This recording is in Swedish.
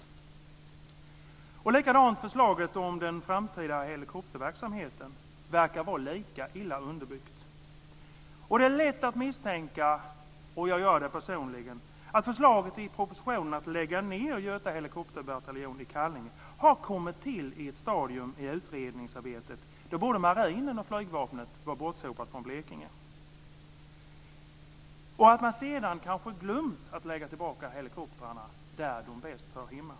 Likadant är det med förslaget om den framtida helikopterverksamheten. Det verkar var lika illa underbyggt. Det är lätt att misstänka - och jag gör det personligen - att förslaget i propositionen om att lägga ned Göta helikopterbataljon i Kallinge har kommit till i ett stadium i utredningsarbetet då både marinen och flygvapnet var bortsopade från Blekinge, och att man sedan kanske glömt att lägga tillbaka helikoptrarna där de bäst hör hemma.